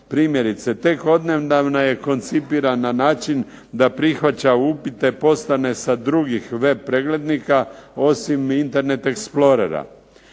Primjerice, te odnedavno je koncipiran na način da prihvaća upite poslane sa drugih web preglednika osim internet explorera.